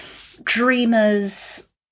dreamers